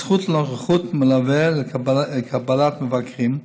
הזכות לנוכחות מלווה ולקבלת מבקרים,